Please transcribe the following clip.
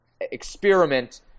experiment